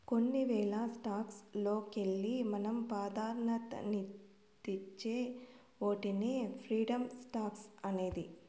కొన్ని వేల స్టాక్స్ లోకెల్లి మనం పాదాన్యతిచ్చే ఓటినే ప్రిఫర్డ్ స్టాక్స్ అనేది